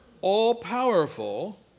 all-powerful